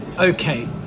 okay